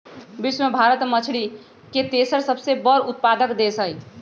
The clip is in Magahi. विश्व में भारत मछरी के तेसर सबसे बड़ उत्पादक देश हई